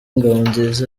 ngabonziza